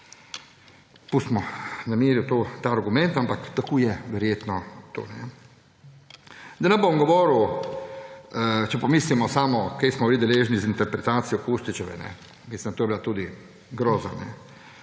Pustimo na miru to, ta argument, ampak tako je verjetno to. Da ne bom govoril, če pomislimo samo, česa smo bili deležni z interpretacijo Kustečeve. To je bila tudi groza.